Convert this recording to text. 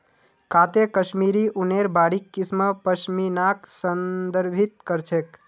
काते कश्मीरी ऊनेर बारीक किस्म पश्मीनाक संदर्भित कर छेक